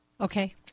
Okay